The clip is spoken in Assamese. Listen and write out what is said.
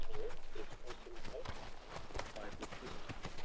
হেল্ল' তেজপুৰ চিল্ক হাউচ হয় তেজপুৰ চিল্ক হাউচ